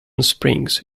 springs